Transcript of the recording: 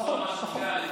נכון.